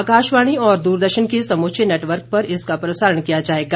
आकाशवाणी और दूरदर्शन के समूचे नेटवर्क पर इसका प्रसारण किया जाएगा